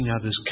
others